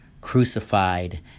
crucified